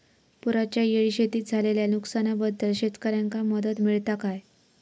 पुराच्यायेळी शेतीत झालेल्या नुकसनाबद्दल शेतकऱ्यांका मदत मिळता काय?